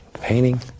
Painting